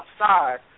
outside